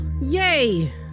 Yay